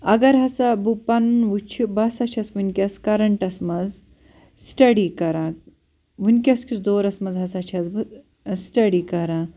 اَگر ہسا بہٕ پَنُن وُچھٕ بہٕ ہسا چھَس وُنکٮ۪س کَرَنٹَس منٛز سِٹیڈی کَران وُنکٮ۪س کِس دورَس منٛز ہسا چھَس بہٕ سِٹیڈی کَران